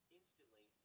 instantly